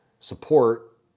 support